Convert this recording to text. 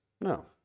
No